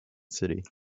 city